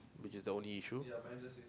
which is the only issue